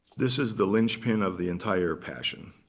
this is the linchpin of the entire passion,